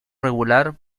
regular